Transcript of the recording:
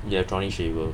electronic shaver